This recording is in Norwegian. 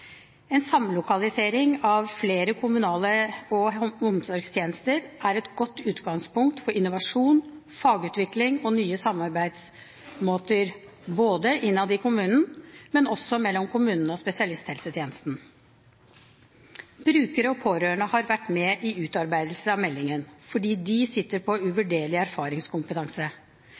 En samlokalisering av flere kommunale helse- og omsorgstjenester er et godt utgangspunkt for innovasjon, fagutvikling og nye samarbeidsmåter, både innad i kommunen og mellom kommunene og spesialisthelsetjenesten. Brukere og pårørende har vært med i utarbeidelsen av meldingen, fordi de sitter på